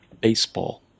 baseball